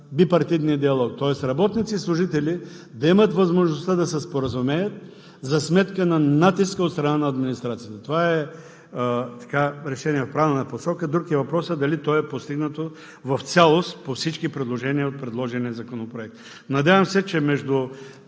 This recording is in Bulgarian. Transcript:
бипартитния диалог, тоест работниците и служителите да имат възможността да се споразумеят за сметка на натиска от страна на администрацията. Това решение е в правилна посока. Друг е въпросът дали то е постигнато в цялост по всички предложения в Законопроекта. Надявам се, че между